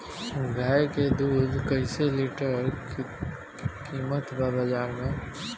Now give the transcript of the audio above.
गाय के दूध कइसे लीटर कीमत बा बाज़ार मे?